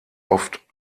oft